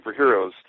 superheroes